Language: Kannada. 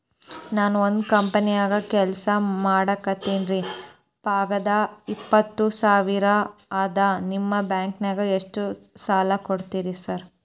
ನಾನ ಒಂದ್ ಕಂಪನ್ಯಾಗ ಕೆಲ್ಸ ಮಾಡಾಕತೇನಿರಿ ಪಗಾರ ಇಪ್ಪತ್ತ ಸಾವಿರ ಅದಾ ನಿಮ್ಮ ಬ್ಯಾಂಕಿನಾಗ ಎಷ್ಟ ಸಾಲ ಕೊಡ್ತೇರಿ ಸಾರ್?